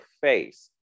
face